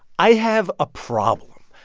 i have a problem.